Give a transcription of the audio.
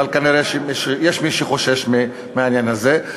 אבל כנראה יש מי שחושש מהעניין הזה.